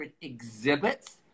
exhibits